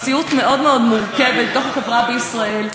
מציאות מאוד מאוד מורכבת בתוך החברה בישראל,